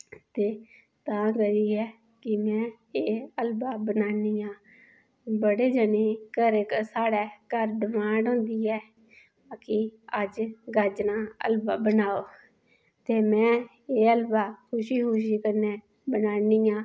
ते तां करियै कि में एह् हलबा बनानी आं बड़े जने घरे साढ़ै घर डमांड होंदी ऐ कि अज गाजरां हलवा बनाओ ते में एह् हलबा खुशी खुशी कन्नै बनानी आं